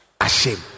Ashamed